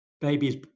baby's